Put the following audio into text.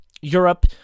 Europe